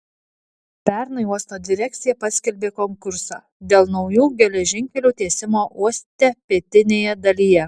pernai uosto direkcija paskelbė konkursą dėl naujų geležinkelių tiesimo uoste pietinėje dalyje